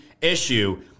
issue